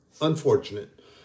unfortunate